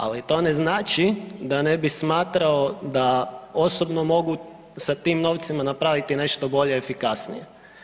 Ali to ne znači da ne bi smatrao da osobno mogu sa tim novcima napraviti nešto bolje i efikasnije.